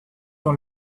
dans